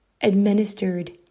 administered